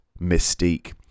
Mystique